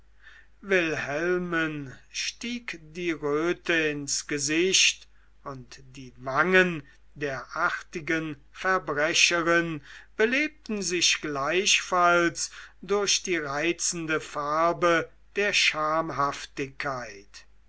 wilhelmen stieg die röte ins gesicht und die wangen der artigen verbrecherin belebten sich gleichfalls durch die reizende farbe der schamhaftigkeit